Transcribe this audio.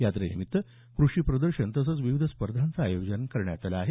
यात्रेनिमित्त कृषी प्रदर्शन तसंच विविध स्पर्धांचं आयोजन करण्यात आलं आहे